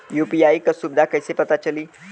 UPI क सुविधा कैसे पता चली?